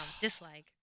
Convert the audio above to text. Dislike